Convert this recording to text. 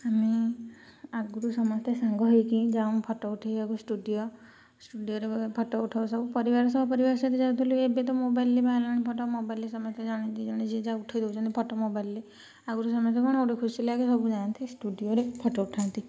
ଆମେ ଆଗରୁ ସମସ୍ତେ ସାଙ୍ଗ ହେଇକି ଯାଉଁ ଫଟୋ ଉଠାଇବାକୁ ଷ୍ଟୁଡ଼ିଓ ଷ୍ଟୁଡ଼ିଓରେ ଫଟୋ ଉଠାଉ ସବୁ ପରିବାର ସପରିବାର ସହିତ ଯାଉଥିଲି ଏବେ ତ ମୋବାଇଲ୍ ବାହାରିଲାଣି ଫଟୋ ମୋବାଇଲ୍ ସମସ୍ତେ ଜଣେ ଦୁଇ ଜଣ ଯାହା ଉଠାଇ ଦେଉଛନ୍ତି ଫଟୋ ମୋବାଇଲ୍ରେ ଆଗରୁ ସମସ୍ତେ କ'ଣ ଗୋଟେ ଖୁସି ଲାଗେ ସବୁ ଯାଆନ୍ତି ଷ୍ଟୁଡ଼ିଓରେ ଫଟୋ ଉଠାନ୍ତି